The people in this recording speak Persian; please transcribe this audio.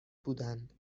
بودند